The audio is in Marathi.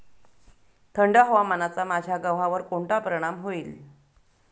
थंड हवामानाचा माझ्या गव्हावर कोणता परिणाम होईल?